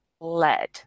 lead